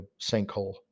sinkhole